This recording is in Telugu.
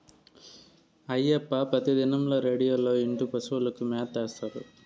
అయ్యప్ప పెతిదినంల రేడియోలో ఇంటూ పశువులకు మేత ఏత్తాడు